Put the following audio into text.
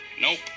Nope